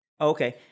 Okay